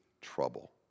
trouble